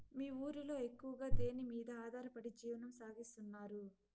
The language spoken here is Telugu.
మీ ఊరిలో ఎక్కువగా దేనిమీద ఆధారపడి జీవనం సాగిస్తున్నారు?